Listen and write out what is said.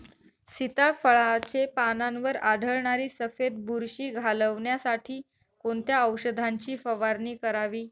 सीताफळाचे पानांवर आढळणारी सफेद बुरशी घालवण्यासाठी कोणत्या औषधांची फवारणी करावी?